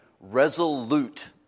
resolute